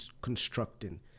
constructing